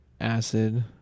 acid